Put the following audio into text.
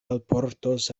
alportos